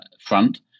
front